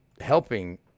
helping